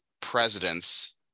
presidents